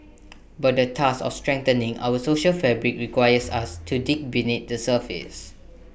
but the task of strengthening our social fabric requires us to dig beneath the surface